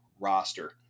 roster